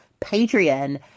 Patreon